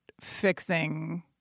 fixing